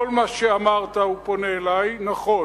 כל מה שאמרת" הוא פונה אלי, "נכון,